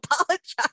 apologize